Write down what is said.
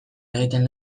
egiten